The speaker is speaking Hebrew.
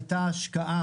הייתה השקעה